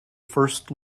first